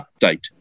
update